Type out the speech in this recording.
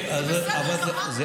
אוקיי, אבל זה זה בסדר.